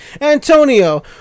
Antonio